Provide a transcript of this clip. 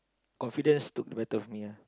confidence took the better of me ah